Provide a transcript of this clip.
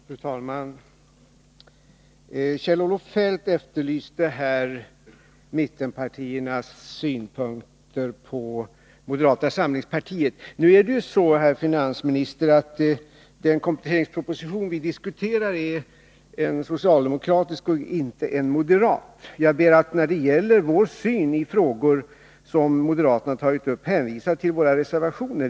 Fru talman! Kjell-Olof Feldt efterlyste här mittenpartiernas synpunkter på moderata samlingspartiet. Nu är det ju så, herr finansminister, att den kompletteringsproposition vi diskuterar är en socialdemokratisk och inte en moderat. Jag ber att när det gäller vår syn i frågor som moderaterna tagit upp få hänvisa till våra reservationer.